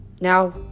Now